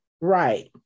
Right